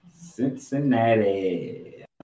Cincinnati